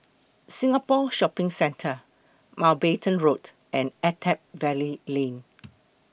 Singapore Shopping Centre Mountbatten Road and Attap Valley Lane